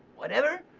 whatever.